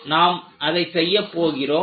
நாம் அதை செய்யப் போகிறோம்